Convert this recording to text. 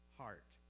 heart